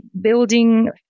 building